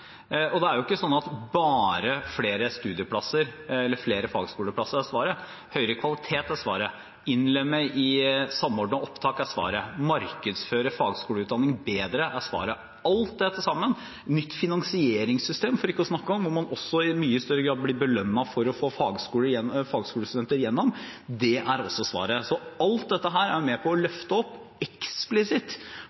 Det er ikke slik at bare flere studieplasser eller flere fagskoleplasser er svaret. Høyere kvalitet er svaret, innlemme i Samordna opptak er svaret, markedsføre fagskoleutdanningene bedre er svaret – alt det til sammen. For ikke å snakke om nytt finansieringssystem, hvor man i mye større grad blir belønnet for å få fagskolestudenter igjennom – det er også svaret. Alt dette er med på å